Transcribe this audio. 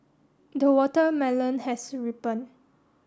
the watermelon has ripened